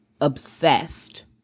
obsessed